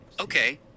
Okay